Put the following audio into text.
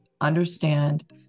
understand